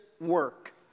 work